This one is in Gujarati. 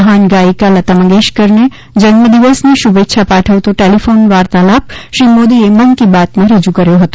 મહાન ગાથિકા લતામંગેશકરને જન્મ દિવસની શુભેચ્છા પાઠવતો ટેલીફોન વાર્તાલાપ શ્રી મોદીએ મન કી બાતમાં રજુ કર્યો હતો